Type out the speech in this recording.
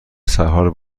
سرحال